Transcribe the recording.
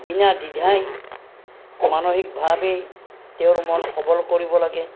বিনা দ্বিধাই মানসিকভাৱে তেওঁৰ মন সবল কৰিব লাগে